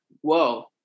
whoa